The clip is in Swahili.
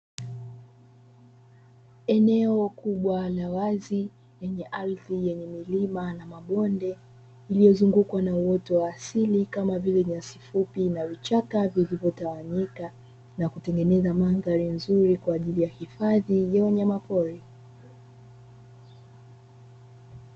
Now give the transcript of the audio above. Eneo kubwa la wazi lenye ardhi yenye milima na mabonde, lililozungukwa na uoto wa asili kama vile nyasi fupi na vichaka vikivyotawanyika na kutengeneza mandhari nzuri kwa ajili ya hifadhi ya wanyama pori.